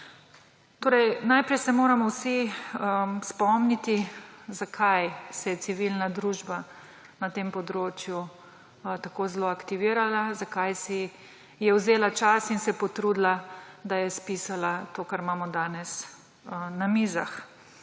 ovrgla. Najprej se moramo vsi spomniti, zakaj se je civilna družba na tem področju tako zelo aktivirala, zakaj si je vzela čas in se potrudila, da je spisala to, kar imamo danes na mizah.